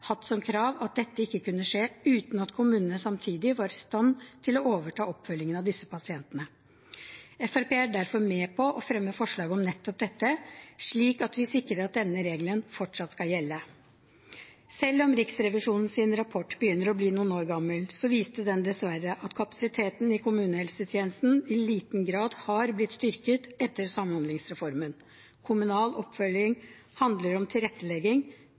hatt som krav at dette ikke kunne skje uten at kommunene samtidig var i stand til å overta oppfølgingen av disse pasientene. Fremskrittspartiet er derfor med på å fremme forslag om nettopp dette, slik at vi sikrer at denne regelen fortsatt skal gjelde. Selv om Riksrevisjonens rapport begynner å bli noen år gammel, viste den dessverre at kapasiteten i kommunehelsetjenesten i liten grad har blitt styrket etter samhandlingsreformen. Kommunal oppfølging handler om tilrettelegging